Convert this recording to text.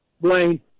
Blaine